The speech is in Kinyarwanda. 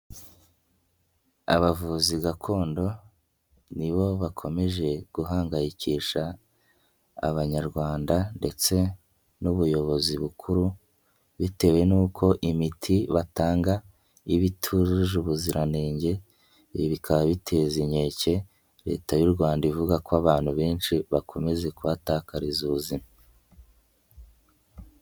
Abavuzi gakondo nibo bakomeje guhangayikisha abanyarwanda ndetse n'ubuyobozi bukuru, bitewe n'uko imiti batanga iba itujuje ubuziranenge, ibi bikaba biteza inkeke leta y'u Rwanda ivuga ko abantu benshi bakomeza kubatakariza ubuzima.